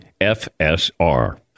FSR